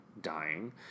dying